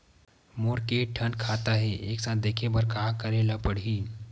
मोर के थन खाता हे एक साथ देखे बार का करेला पढ़ही?